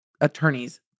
attorney's